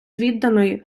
відданої